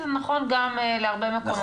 זה נכון גם להרבה מקומות במגזר היהודי.